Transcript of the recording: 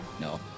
No